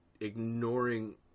ignoring